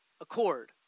accord